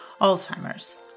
Alzheimer's